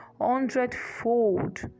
hundredfold